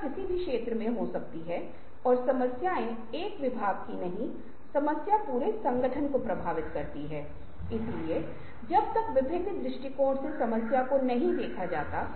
की कोशिश कर रहे हैं जिसे किसी और ने नहीं सोचा था जैसे कि कवि आकाश को एक बड़ा कंबल समझता है जिसे कीट ने खाया है और इस कीट के खाया हुआ छेद के माध्यम से आप सितारों को देख सकते हैं